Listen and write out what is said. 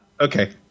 Okay